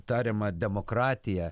tariama demokratija